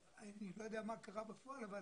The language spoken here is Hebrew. אני לא יודע מה קרה בפועל, אבל